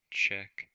check